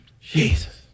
Jesus